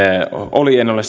oli en ole